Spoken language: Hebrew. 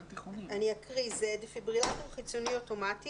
אני אקריא: "דפיברילטור חיצוני אוטומטי